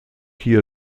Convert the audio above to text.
hier